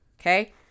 Okay